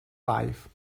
life